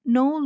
no